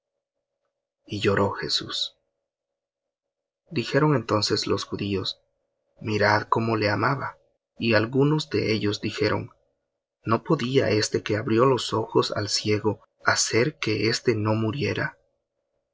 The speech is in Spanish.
y lloró jesús dijeron entonces los judíos mirad cómo le amaba y algunos de ellos dijeron no podía éste que abrió los ojos al ciego hacer que éste no muriera